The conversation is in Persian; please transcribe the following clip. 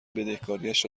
بدهکاریش